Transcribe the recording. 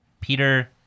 Peter